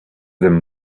them